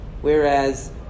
whereas